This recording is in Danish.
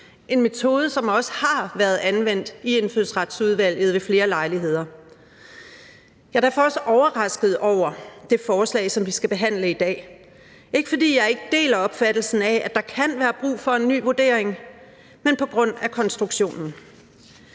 en metode, som også har været anvendt i Indfødsretsudvalget ved flere lejligheder. Jeg er derfor også overrasket over det forslag, som vi skal behandle i dag, ikke fordi jeg ikke deler opfattelsen af, at der kan være brug for en ny vurdering, men på grund af konstruktionen.